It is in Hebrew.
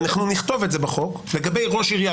ואנחנו נכתוב את זה בחוק לגבי ראש עירייה,